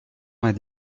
vingt